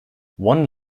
one